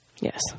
Yes